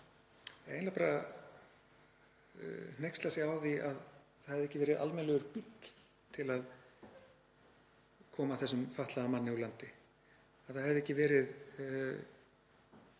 því, eiginlega bara hneykslast á því að það hefði ekki verið almennilegur bíll til að koma þessum fatlaða manni úr landi, að ekki hefði verið